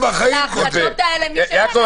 אני רוצה להסביר לך מה אמרתי.